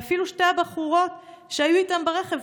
ואפילו שתי הבחורות שהיו איתם ברכב,